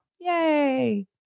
Yay